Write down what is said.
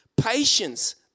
patience